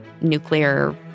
nuclear